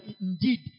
indeed